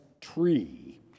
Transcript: tree